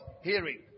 hearing